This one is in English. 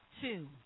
two